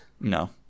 No